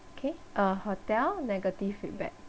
okay uh hotel negative feedback